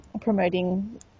promoting